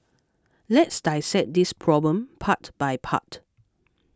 let's dissect this problem part by part